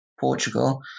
Portugal